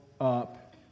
up